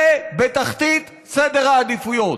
זה בתחתית סדר העדיפויות.